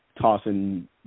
tossing